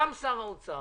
גם שר האוצר